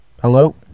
Hello